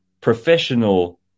professional